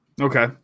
okay